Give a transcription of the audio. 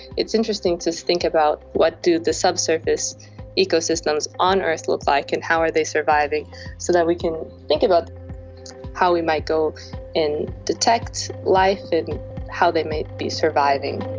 it's interesting to think about what do the subsurface ecosystems on earth look like and how are they surviving so that we can think about how we might go and detect life and how they may be surviving.